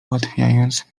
ułatwiając